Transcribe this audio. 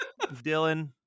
Dylan